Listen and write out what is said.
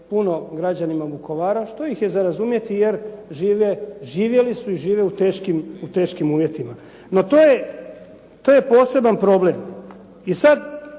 puno građanima Vukovara jer žive, živjeli su i žive u teškim uvjetima. No to je poseban problem. I sad